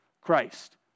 Christ